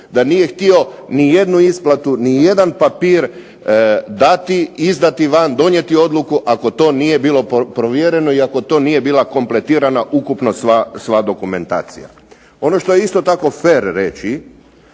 da nije htio ni jednu isplatu, ni jedan papir dati, izdati van, donijeti odluku, ako to nije bilo provjereno i ako to nije bila kompletirana ukupno sva dokumentacija. Ono što je isto tako fer reći